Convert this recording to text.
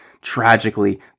tragically